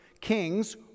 Kings